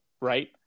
Right